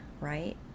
right